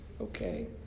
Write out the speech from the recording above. okay